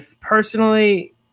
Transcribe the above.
personally